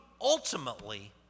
ultimately